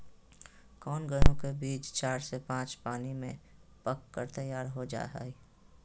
कौन गेंहू के बीज चार से पाँच पानी में पक कर तैयार हो जा हाय?